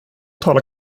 tala